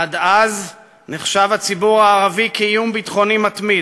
עד אז נחשב הציבור הערבי לאיום ביטחוני מתמיד.